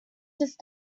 just